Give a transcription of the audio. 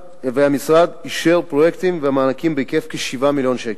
והמשרד אישר פרויקטים ומענקים בהיקף של כ-7 מיליון שקל.